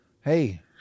Hey